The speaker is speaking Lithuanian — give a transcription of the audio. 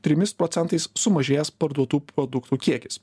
trimis procentais sumažėjęs parduotų produktų kiekis